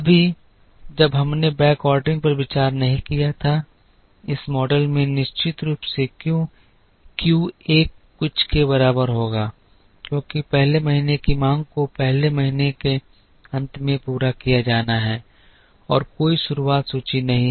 अभी जब हमने बैकऑर्डरिंग पर विचार नहीं किया था इस मॉडल में निश्चित रूप से क्यू 1 कुछ के बराबर होगा क्योंकि पहले महीने की मांग को पहले महीने के अंत में पूरा किया जाना है और कोई शुरुआत सूची नहीं है